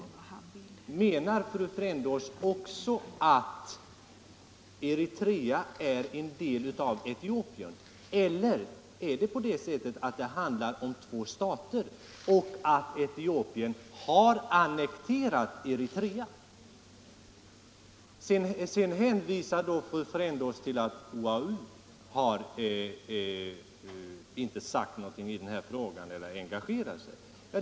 Menar fru Frändås också att Eritrea är en del av Etiopien? Eller är det på det sättet att det handlar om två stater och att Etiopien har annekterat Eritrea? Fru Frändås hänvisar till att OAU inte har sagt någonting i den här frågan eller engagerat sig i den.